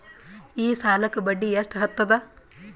ಈ ಸಾಲಕ್ಕ ಬಡ್ಡಿ ಎಷ್ಟ ಹತ್ತದ?